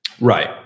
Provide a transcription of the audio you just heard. Right